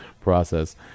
process